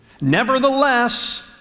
Nevertheless